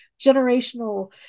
generational